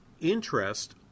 interest